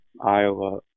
Iowa